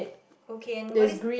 okay and what is